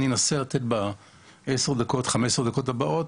אני אנסה לתת ב-10 או 15 הדקות הבאות,